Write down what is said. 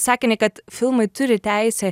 sakinį kad filmai turi teisę